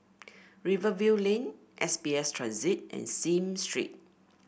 Rivervale Lane S B S Transit and Sime Street